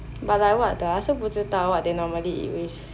but like what there are I also 不知道 what they normally eat with